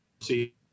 See